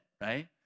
right